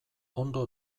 ondo